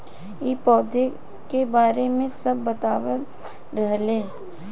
इ पौधा के बारे मे सब बतावत रहले